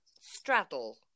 straddle